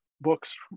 books